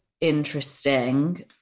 interesting